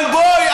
אבל בואי,